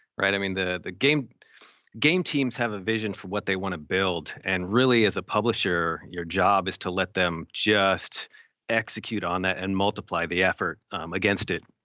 i mean, the game game teams have a vision for what they want to build. and really as a publisher, your job is to let them just execute on that and multiply the effort against it.